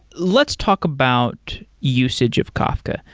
let's talk about usage of kafka.